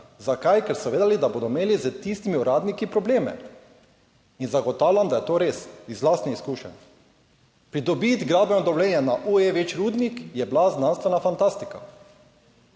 Zakaj? Ker so vedeli, da bodo imeli s tistimi uradniki probleme. In zagotavljam, da je to res, iz lastnih izkušenj. Pridobiti gradbeno dovoljenje na OE Vič-Rudnik je bila znanstvena fantastika.